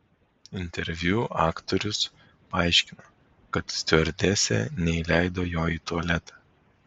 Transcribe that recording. interviu aktorius paaiškino kad stiuardesė neįleido jo į tualetą